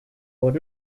would